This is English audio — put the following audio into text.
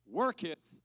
worketh